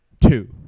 two